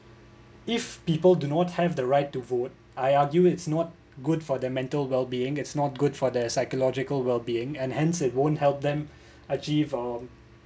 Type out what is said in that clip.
if people do not have the right to vote I argue it's not good for their mental wellbeing it's not good for their psychological well being and hence it won't help them achieve um